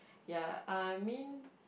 ya I mean